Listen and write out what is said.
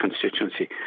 constituency